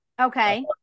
Okay